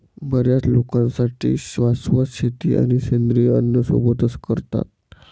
बर्याच लोकांसाठी शाश्वत शेती आणि सेंद्रिय अन्न सोबतच करतात